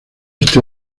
este